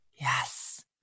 Yes